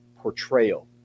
portrayal